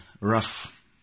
rough